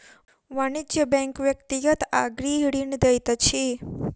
वाणिज्य बैंक व्यक्तिगत आ गृह ऋण दैत अछि